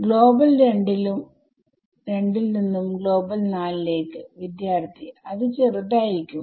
global 2 to global 4 വിദ്യാർത്ഥി അത് ചെറുതായിരിക്കും